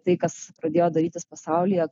tai kas pradėjo darytis pasaulyje